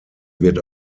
wird